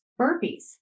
burpees